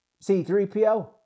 C-3PO